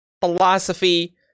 philosophy